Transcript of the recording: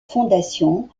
fondations